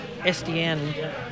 SDN